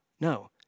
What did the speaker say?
No